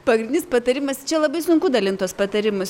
pagrindinis patarimas čia labai sunku dalint tuos patarimus